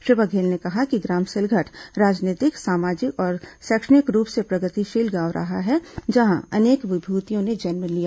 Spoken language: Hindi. श्री बघेल ने कहा कि ग्राम सिलघट राजनीतिक सामाजिक और शैक्षणिक रूप से प्रगतिशील गांव रहा है जहां अनेक विभूतियों ने जन्म लिया